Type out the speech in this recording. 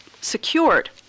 secured